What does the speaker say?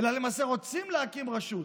למעשה רוצים להקים רשות.